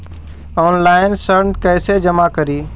Online ऋण कैसे जमा करी?